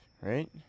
right